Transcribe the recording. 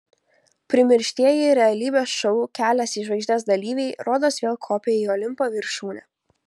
primirštieji realybės šou kelias į žvaigždes dalyviai rodos vėl kopia į olimpo viršūnę